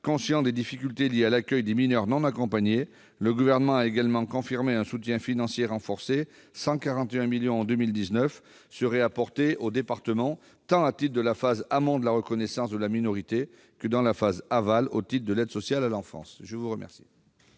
conscient des difficultés liées l'accueil des mineurs non accompagnés, le Gouvernement a également confirmé qu'un soutien financier renforcé, à hauteur de 141 millions d'euros en 2019, serait apporté aux départements, au titre tant de la phase en amont de la reconnaissance de la minorité que de la phase aval au titre de l'aide sociale à l'enfance. La parole